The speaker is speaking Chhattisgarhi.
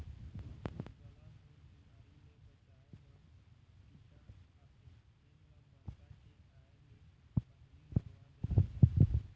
गलाघोंट बिमारी ले बचाए बर टीका आथे तेन ल बरसा के आए ले पहिली लगवा देना चाही